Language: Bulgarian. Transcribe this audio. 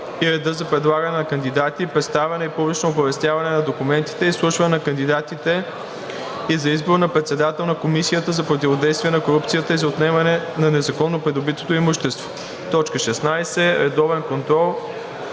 и реда за предлагане на кандидати, представяне и публично оповестяване на документите, изслушване на кандидатите и за избор на председател на Комисията за противодействие на корупцията и за отнемане на незаконно придобитото имущество – фиксирана като